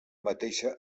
mateixa